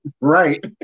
Right